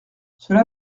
cela